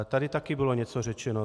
Tady také bylo něco řečeno.